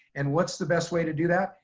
and what's the best way to do that?